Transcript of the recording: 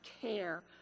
care